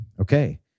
Okay